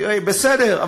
בסדר.